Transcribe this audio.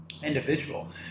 Individual